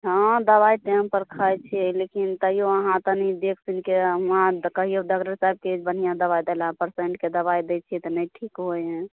हँ दवाइ टाइम पर खाइ छियै लेकिन तैयो अहाँ तनि देखि सुनिके हम अहाँ दऽ कहियौ डाक्टर साहेबसे बढ़िऑं दवाइ देला पेसेन्टके दवाइ दै छी तऽ नहि ठीक होइ है